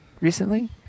recently